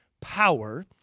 power